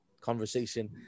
conversation